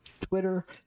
Twitter